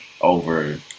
over